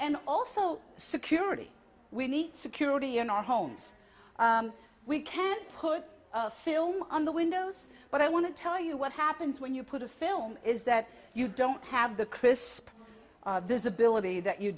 and also security we need security in our homes we can't put film on the windows but i want to tell you what happens when you put a film is that you don't have the crisp visibility that you